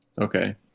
Okay